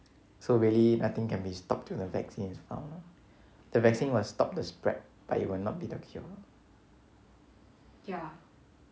so really nothing can be stopped till the vaccine is found lah the vaccine will stop the spread but it will not be the